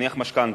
נניח משכנתה,